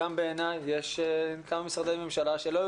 גם בעיניי יש כמה משרדי ממשלה שלא היו